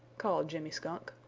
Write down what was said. called jimmy skunk.